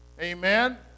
Amen